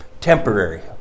Temporary